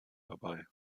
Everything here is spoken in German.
dabei